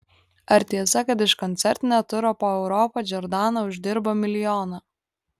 ar tiesa kad iš koncertinio turo po europą džordana uždirbo milijoną